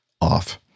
off